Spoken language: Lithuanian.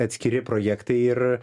atskiri projektai ir